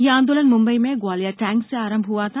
यह आंदोलन मुम्बई में ग्वालिया टैंक से आरम्भ हुआ था